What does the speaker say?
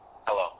Hello